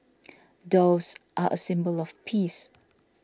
doves are a symbol of peace